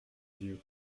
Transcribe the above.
vieux